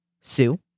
sue